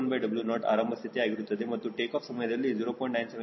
ಹಾಗಾದರೆ W1W0 ಆರಂಭ ಸ್ಥಿತಿ ಆಗಿರುತ್ತದೆ ಮತ್ತು ಟೇಕಾಫ್ ಸಮಯದಲ್ಲಿ 0